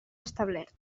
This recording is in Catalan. establert